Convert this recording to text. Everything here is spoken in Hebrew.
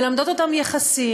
מלמדות אותם יחסים,